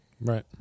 Right